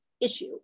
issue